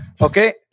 Okay